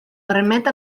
permet